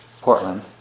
Portland